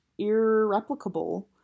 irreplicable